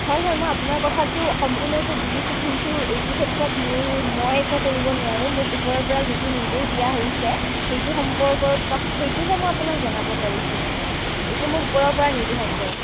হয় হয় মই আপোনাৰ কথাটো সম্পূৰ্ণৰূপে বুজিছোঁ কিন্তু এইটো ক্ষেত্ৰত মোৰ মই একো কৰিব নোৱাৰোঁ মোক ওপৰৰ পৰা যিটো নিৰ্দেশ দিয়া হৈছে সেইটো সম্পৰ্কৰ সেইটোহে মই আপোনাক জনাব পাৰিছোঁ মানে এইটো মোক ওপৰৰ পৰা নিৰ্দেশ আছে